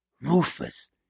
Rufus